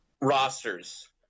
Rosters